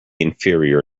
inferior